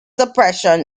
suppression